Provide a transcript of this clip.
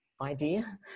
idea